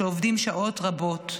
שעובדים שעות רבות,